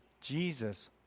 Jesus